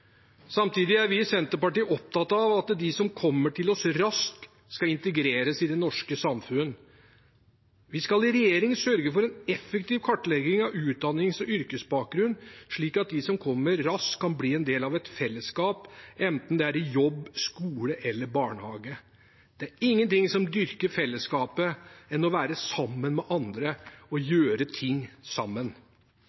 Samtidig er vi i Senterpartiet opptatt av at de som kommer til oss, raskt skal integreres i det norske samfunn. Vi skal i regjering sørge for en effektiv kartlegging av utdannings- og yrkesbakgrunn, slik at de som kommer, raskt kan bli en del av et fellesskap, enten det er i jobb, skole eller barnehage. Det er ingenting som dyrker fellesskapet bedre enn å være sammen med andre og